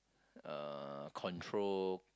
uh control